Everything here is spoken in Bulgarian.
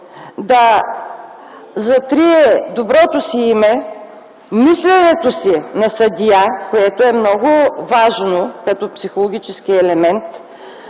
да затрие доброто си име, мисленето си на съдия, което е много важно като психологически елемент,